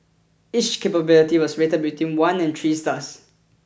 each capability was rated between one and three stars